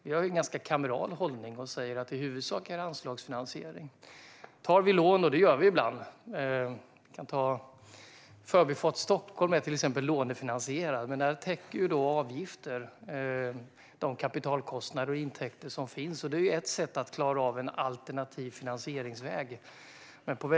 Vi har en ganska kameral hållning och säger att det i huvudsak ska vara anslagsfinansiering. Ibland tar vi lån; Förbifart Stockholm är till exempel lånefinansierad. Men där täcker intäkter i form av avgifter de kapitalkostnader som finns, och det är ett exempel på en alternativ finansieringsväg.